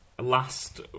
last